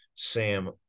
Sam